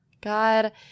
God